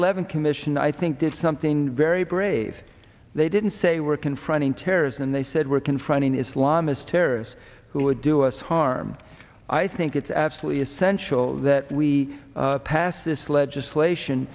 eleven commission i think did something very brave they didn't say we're confronting tears and they said we're confronting islamist terrorists who would do us harm i think it's absolutely essential that we pass this legislation